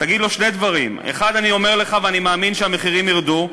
תגיד לו שני דברים: 1. אני אומר לך ואני מאמין שהמחירים ירדו,